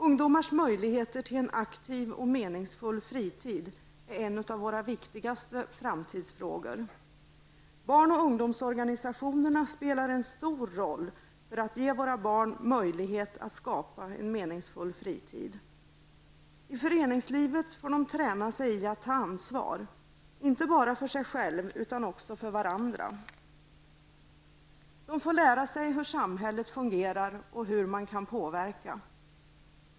Ungdomars möjligheter till en aktiv och meningsfull fritid är en av våra viktigaste framtidsfrågor. Barn och ungdomsorganisationerna spelar en stor roll för att ge våra barn möjlighet att skapa en meningsfull fritid. I föreningslivet får de träna sig i att ta ansvar -- inte bara för sig själva utan också för varandra. De får lära sig hur samhället fungerar och hur man kan påverka.